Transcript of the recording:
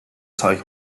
take